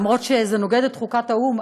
אף על פי שזה נוגד את חוקת האו"ם,